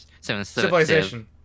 Civilization